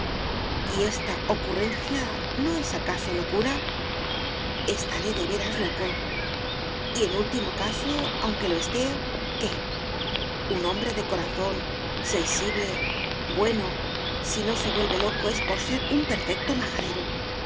y esta ocurrencia no es acaso locura estaré de veras loco y en último caso aunque lo esté qué un hombre de corazón sensible bueno si no se vuelve loco es por ser un perfecto majadero